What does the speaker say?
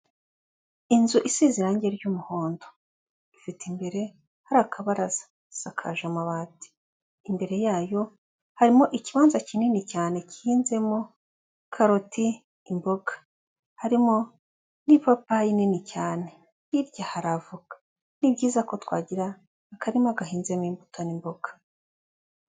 Inzu isize irangi ry'umuhondo, ifite imbere hari akabaraza, isakaje amabati, imbere yayo harimo ikibanza kinini cyane gihinzemo karoti, imboga. Harimo n'ipapaye nini cyane, hirya hari avoka. Ni byiza ko twagira akarima gahinzemo imbuto n'imboga.